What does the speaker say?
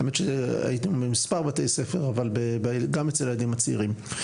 היינו במספר בתי ספר אבל גם אצל הילדים הצעירים.